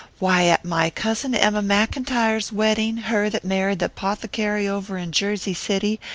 why, at my cousin emma mcintyre's wedding, her that married the apothecary over in jersey city,